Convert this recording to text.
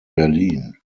berlin